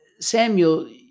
Samuel